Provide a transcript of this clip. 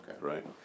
Right